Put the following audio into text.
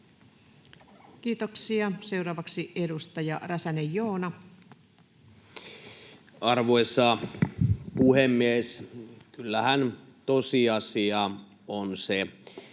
Kiitoksia. — Seuraavaksi edustaja Räsänen, Joona. Arvoisa puhemies! Kyllähän tosiasia on se,